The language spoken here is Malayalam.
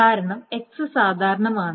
കാരണം x സാധാരണമാണ്